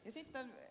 sitten ed